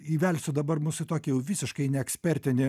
įvelsiu dabar mus į tokį jau visiškai neekspertinį